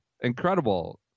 incredible